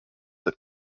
that